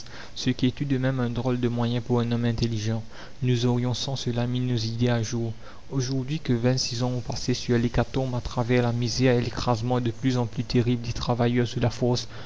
ce qui est tout de même un drôle de moyen pour un homme intelligent nous aurions sans cela mis nos idées à jour aujourd'hui que vingt-six ans ont passé sur l'hécatombe à travers la misère et l'écrasement de plus en plus terribles des travailleurs sous la force